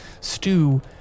stew